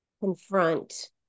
confront